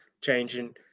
changing